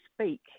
speak